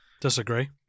Disagree